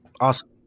Awesome